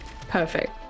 Perfect